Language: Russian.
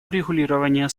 урегулирования